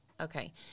Okay